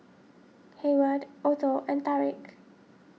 Hayward Otho and Tarik